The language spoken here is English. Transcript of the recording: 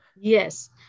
Yes